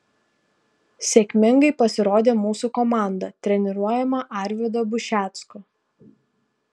sėkmingai pasirodė mūsų komanda treniruojama arvydo bušecko